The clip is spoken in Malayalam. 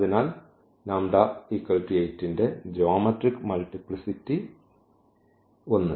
അതിനാൽ ഈ λ 8 ന്റെ ജ്യോമെട്രിക് മൾട്ടിപ്ലിസിറ്റി 1